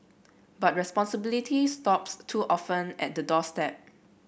but responsibility stops too often at the doorstep